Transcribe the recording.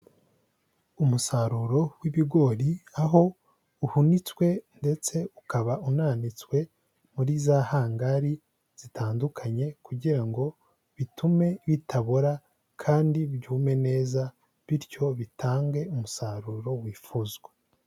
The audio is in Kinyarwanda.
Umusaruro w'ibigori aho uhunitswe ndetse ukaba unanitswe muri za hangari zitandukanye kugira ngo bitume bitabora kandi byume neza, bityo bitange umusaruro wifuzwa.